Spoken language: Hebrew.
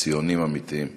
ציונים אמיתיים,